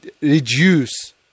reduce